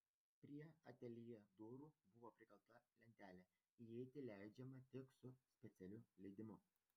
prie ateljė durų buvo prikalta lentelė įeiti leidžiama tik su specialiu leidimu